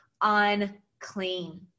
unclean